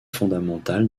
fondamental